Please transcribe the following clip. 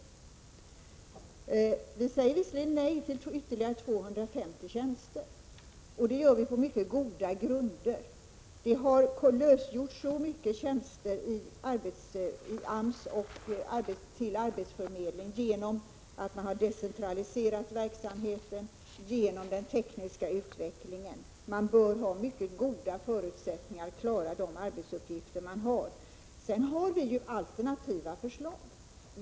Vi säger visserligen nej till ytterligare 250 tjänster, men det gör vi på mycket goda grunder. Det har nämligen lösgjorts så många tjänster i AMS till arbetsförmedlingen genom en decentraliserad verksamhet och genom den tekniska utvecklingen. Man bör därför ha mycket goda förutsättningar för att klara de arbetsuppgifter som finns. Vi har även alternativa förslag.